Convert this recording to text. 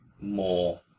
more